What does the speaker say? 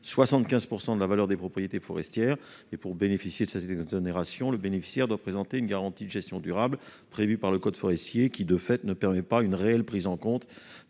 75 % de la valeur des propriétés forestières. Pour bénéficier de cette exonération, le bénéficiaire doit présenter une garantie de gestion durable prévue par le code forestier, garantie qui ne permet pas, de fait, une réelle prise en compte